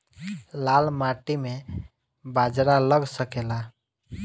लाल माटी मे बाजरा लग सकेला?